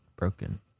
broken